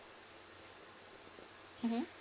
mmhmm